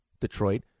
Detroit